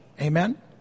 Amen